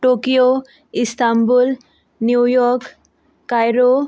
Tokyo Istanbul New York Cairo